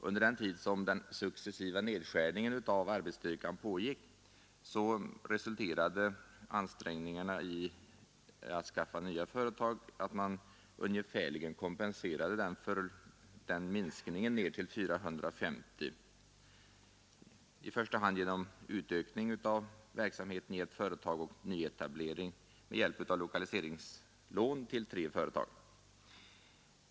Under den tid som den successiva nedskärningen av arbetsstyrkan pågick resulterade ansträngningarna att skaffa nya företag i att man ungefärligen kompenserade den minskningen ned till 450, i första hand genom utökning av verksamheten i ett företag och nyetablering med hjälp av lokaliseringslån till tre företag.